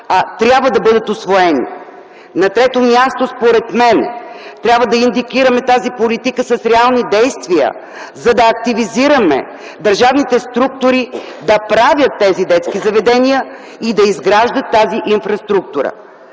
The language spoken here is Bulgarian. трябва да бъдат усвоени. На четвърто място, според мен трябва да индикираме тази политика с реални действия, за да активизираме държавните структури да правят тези детски заведения и да изграждат тази инфраструктура.